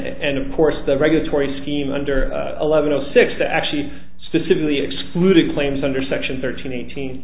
and of course the regulatory scheme under eleven zero six to actually specifically excluded claims under section thirteen eighteen